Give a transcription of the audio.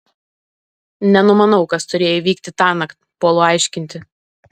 nenumanau kas turėjo įvykti tąnakt puolu aiškinti